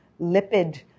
lipid